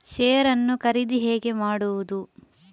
Share ನ್ನು ಖರೀದಿ ಹೇಗೆ ಮಾಡುವುದು?